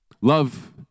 Love